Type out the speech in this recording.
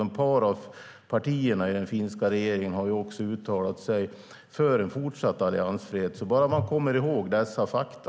Ett par av partierna i den finska regeringen har också uttalat sig för en fortsatt alliansfrihet. Man ska komma ihåg dessa fakta.